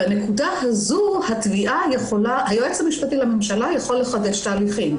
בנקודה הזו היועץ המשפטי לממשלה יכול לחדש את ההליכים,